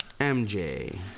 MJ